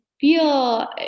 feel